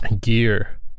gear